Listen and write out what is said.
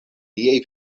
liaj